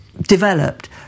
developed